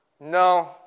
No